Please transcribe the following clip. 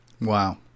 Wow